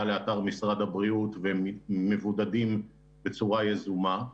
לאתר משרד הבריאות והם מבודדים בצורה יזומה.